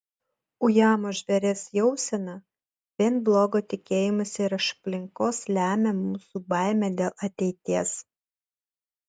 ujamo žvėries jauseną vien blogo tikėjimąsi iš aplinkos lemia mūsų baimė dėl ateities